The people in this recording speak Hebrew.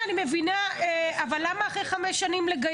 המפכ"ל יתייחס ואני אתייחס אחר כך.